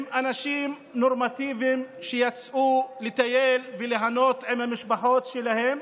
הם אנשים נורמטיביים שיצאו לטייל וליהנות עם המשפחות שלהם,